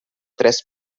tres